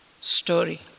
story